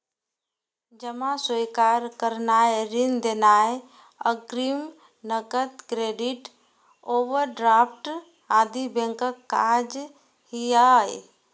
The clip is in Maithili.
जमा स्वीकार करनाय, ऋण देनाय, अग्रिम, नकद, क्रेडिट, ओवरड्राफ्ट आदि बैंकक काज छियै